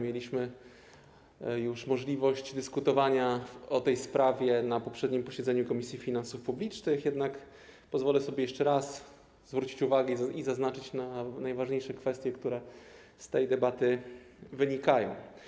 Mieliśmy już możliwość dyskutowania o tej sprawie na poprzednim posiedzeniu Komisji Finansów Publicznych, jednak pozwolę sobie jeszcze raz zwrócić uwagę i zaznaczyć najważniejsze kwestie, które z tej debaty wynikają.